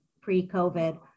pre-COVID